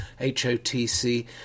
HOTC